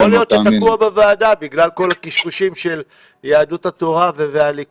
יכול להיות שזה תקוע בוועדה בכלל כל הקשקושים של יהדות התורה והליכוד.